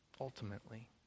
ultimately